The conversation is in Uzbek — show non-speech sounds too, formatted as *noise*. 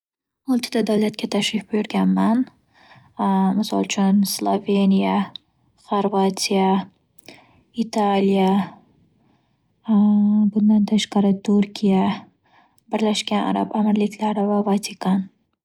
Oltita davlatga tashrif buyurganman. Misol uchun: Sloveniya, Xorvatiya, Italiya, *hesitation* bundan tashqari, Turkiya, Birlashgan Arab Amirliklari va Vatikan.